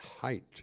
height